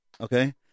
Okay